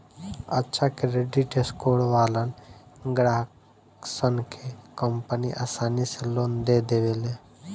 अच्छा credit score वालन ग्राहकसन के कंपनि आसानी से लोन दे देवेले